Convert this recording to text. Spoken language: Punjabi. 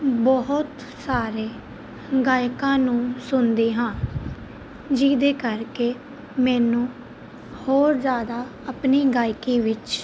ਬਹੁਤ ਸਾਰੇ ਗਾਇਕਾਂ ਨੂੰ ਸੁਣਦੀ ਹਾਂ ਜਿਹਦੇ ਕਰਕੇ ਮੈਨੂੰ ਹੋਰ ਜ਼ਿਆਦਾ ਆਪਣੀ ਗਾਇਕੀ ਵਿੱਚ